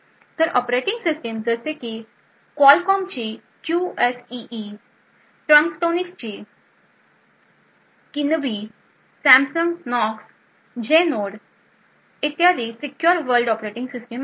तर operating system जसे की क्वालकॉमची QSEE Trustonics Kinibi Samsung Knox Genode इत्यादी सीक्युर वर्ल्ड ऑपरेटिंग सिस्टम आहेत